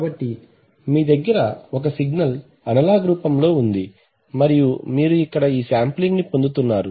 కాబట్టి మీ దగ్గర ఒక సిగ్నల్ అనలాగ్ రూపంలో ఉంది మరియు మీరు ఇక్కడ ఈ శాంప్లింగ్ ని పొందుతున్నారు